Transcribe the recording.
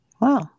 wow